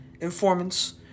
informants